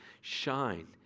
shine